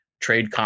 trade